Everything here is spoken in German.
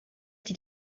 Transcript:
die